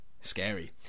scary